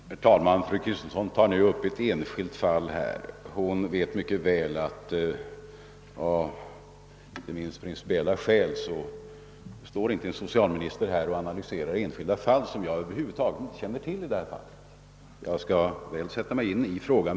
Herr talman! Fru Kristensson tar nu upp ett enskilt fall. Hon vet mycket väl att ingen socialminister — inte minst av principiella skäl — här i kammaren diskuterar enskilda fall. Det fall fru Kristensson nämnde känner jag över huvud taget inte till, men jag skall sätta mig in i frågan.